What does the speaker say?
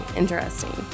interesting